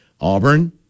Auburn